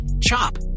chop